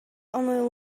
only